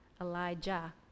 Elijah